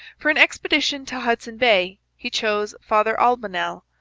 for an expedition to hudson bay he chose father albanel,